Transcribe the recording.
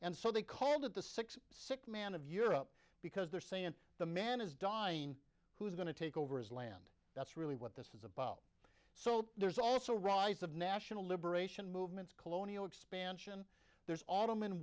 and so they called it the sixth sick man of europe because they're saying the man is dying who is going to take over his land that's really what this is about so there's also a rise of national liberation movements colonial expansion there's autumn in